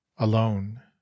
alone